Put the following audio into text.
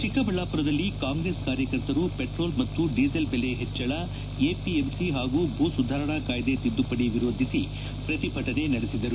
ಚಿಕ್ಕಬಳ್ಳಾಪುರದಲ್ಲಿ ಕಾಂಗ್ರೆಸ್ ಕಾರ್ಯಕರ್ತರು ಪೆಟ್ರೋಲ್ ಮತ್ತು ಡೀಸೆಲ್ ದೆಲೆ ಹೆಚ್ಚಳ ಎಪಿಎಂಸಿ ಹಾಗೂ ಭೂಸುಧಾರಣಾ ಕಾಯ್ದೆ ತಿದ್ದುಪಡಿ ವಿರೋಧಿಸಿ ಪ್ರತಿಭಟನೆ ನಡೆಸಿದರು